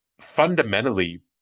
fundamentally